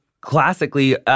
classically